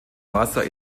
wasser